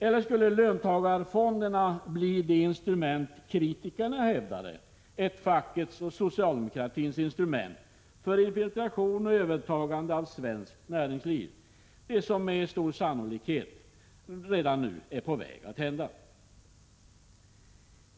Eller skulle löntagarfonderna bli det instrument kritikerna hävdade — ett fackets och socialdemokratins instrument för infiltration och övertagande av svenskt näringsliv? Det är nu med stor sannolikhet redan på väg att hända.